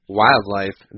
wildlife